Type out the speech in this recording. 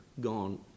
gone